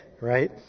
right